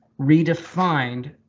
redefined